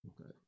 okay